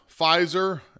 Pfizer